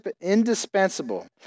indispensable